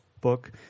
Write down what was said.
book